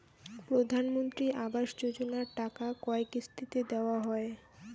প্রধানমন্ত্রী আবাস যোজনার টাকা কয় কিস্তিতে দেওয়া হয়?